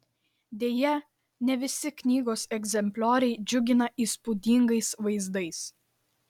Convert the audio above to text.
deja ne visi knygos egzemplioriai džiugina įspūdingais vaizdais